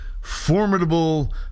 formidable